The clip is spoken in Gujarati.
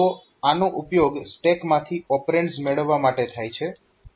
તો આનો ઉપયોગ સ્ટેકમાંથી ઓપરેન્ડ્સ મેળવવા માટે થાય છે